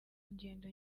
ingendo